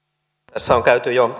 tässä on jo